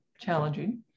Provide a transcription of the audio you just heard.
challenging